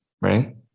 right